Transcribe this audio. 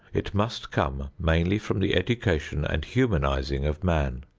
it must come mainly from the education and humanizing of man.